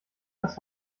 das